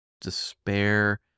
despair